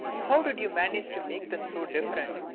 how did you manage to make them so different?